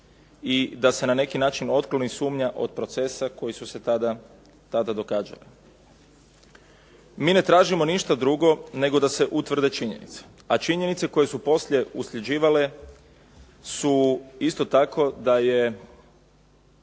i da se na neki način otkloni sumnja od procesa koji su se tada događali. Mi ne tražimo ništa drugo nego da se utvrde činjenice, a činjenice koje su poslije usljeđivale su isto tako da je